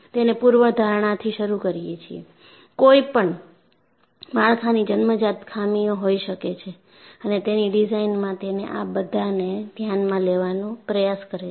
તેને પૂર્વધારણાથી શરૂ કરીએ છીએ કોઈપણ માળખાની જન્મજાત ખામીઓ હોઈ શકે છે અને તેની ડિઝાઇનમાં તેને આ બધાને ધ્યાનમાં લેવાનો પ્રયાસ કરે છે